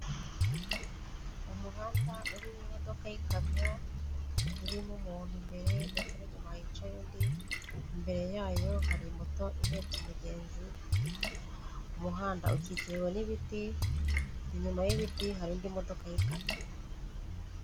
Umuhanda urimo imodoka y'ikamyo irimo umuntu mbere ndetse n'inyuma hicaye undi. Imbere yayo hari moto ihetse umugenzi, umuhanda ukikijwe n'ibiti inyuma y'ibiti hari indi modoka y'ikamyo.